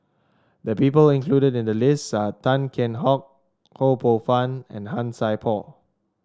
the people included in the list are Tan Kheam Hock Ho Poh Fun and Han Sai Por